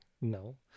No